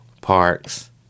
parks